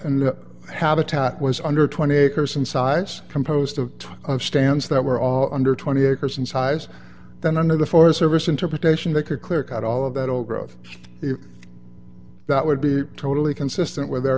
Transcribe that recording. the habitat was under twenty acres in size composed of stands that were all under twenty acres in size then under the forest service interpretation they could clear cut all of that old growth that would be totally consistent with their